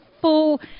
full